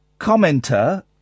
commenter